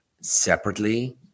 separately